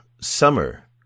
summer